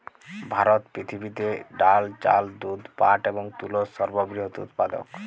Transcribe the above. ভারত পৃথিবীতে ডাল, চাল, দুধ, পাট এবং তুলোর সর্ববৃহৎ উৎপাদক